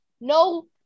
no